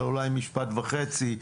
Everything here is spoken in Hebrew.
אבל אולי משפט וחצי.